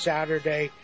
Saturday